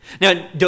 Now